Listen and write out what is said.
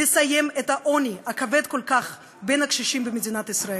לסיים את העוני הכבד כל כך בקרב הקשישים במדינת ישראל.